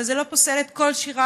אבל זה לא פוסל את כל שיריו,